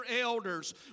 elders